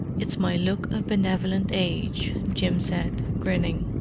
it's my look of benevolent age, jim said, grinning.